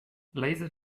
laser